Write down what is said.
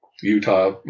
Utah